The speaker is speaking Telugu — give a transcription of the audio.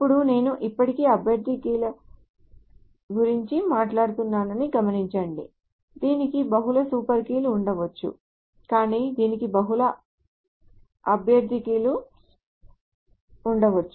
ఇప్పుడు నేను ఇప్పటికీ అభ్యర్థి కీల గురించి మాట్లాడుతున్నానని గమనించండి దీనికి బహుళ సూపర్ కీలు ఉండవచ్చు కానీ దీనికి బహుళ అభ్యర్థి కీలు కూడా ఉండవచ్చు